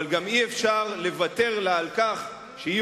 אבל גם אי-אפשר לוותר לה על כך שהיא